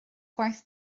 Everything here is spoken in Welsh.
gwaith